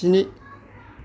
स्नि